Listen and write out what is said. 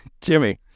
Jimmy